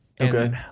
Okay